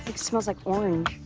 like smells like orange.